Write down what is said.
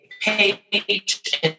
page